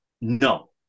No